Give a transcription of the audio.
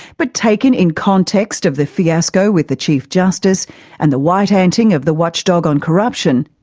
but taken in context of the fiasco with the chief justice and the white-anting of the watchdog on corruption,